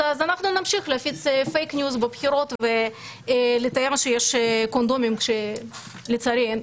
נמשיך להפיץ "פייק ניוז" בבחירות ולתאר שיש קונדומים כשלצערי אין.